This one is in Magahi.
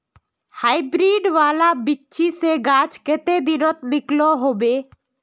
हाईब्रीड वाला बिच्ची से गाछ कते दिनोत निकलो होबे?